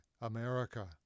America